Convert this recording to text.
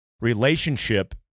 relationship